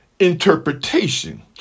interpretation